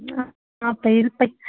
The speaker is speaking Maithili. हँ अप्रिल तक